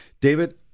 David